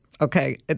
Okay